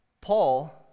Paul